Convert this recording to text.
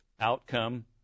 outcome